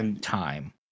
time